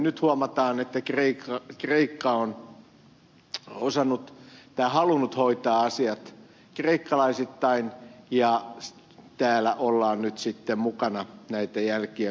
nyt huomataan että kreikka on osannut tai halunnut hoitaa asiat kreikkalaisittain ja täällä ollaan nyt sitten mukana näitä jälkiä korjaamassa